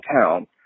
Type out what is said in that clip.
town